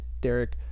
Derek